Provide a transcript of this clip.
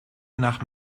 nach